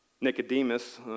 Nicodemus